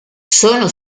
sono